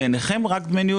לעצור שלא נרע יותר את המצב,